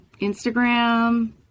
Instagram